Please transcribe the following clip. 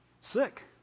sick